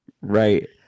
Right